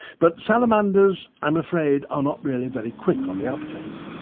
but salamanders i'm afraid are not really very quick on the uptake.